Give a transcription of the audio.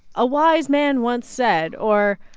a wise man once said, or,